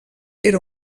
era